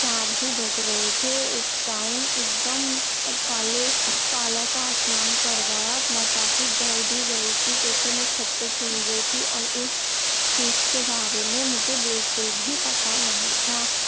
چار ہی بج رہے تھے اس ٹائم ایک دم ایک کالے کالا سا آسمان پڑ گیا میں کافی ڈر بھی گئی تھی کیونکہ میں چھت پہ کھیل رہی تھی اور اس چیز کے بارے میں مجھے بالکل بھی پتہ نہیں تھا